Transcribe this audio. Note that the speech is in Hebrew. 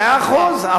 מאה אחוז.